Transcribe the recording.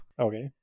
Okay